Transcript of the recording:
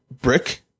brick